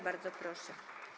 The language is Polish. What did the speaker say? Bardzo proszę.